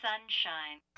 Sunshine